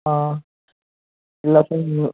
ಹಾಂ ಇಲ್ಲ ಸರ್ ಇನ್ನೂ